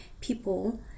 people